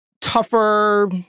tougher